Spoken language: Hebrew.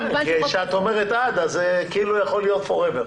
כשאת אומרת עד, זה כאילו יכול להיות Forever.